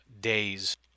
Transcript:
days